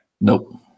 Nope